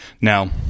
now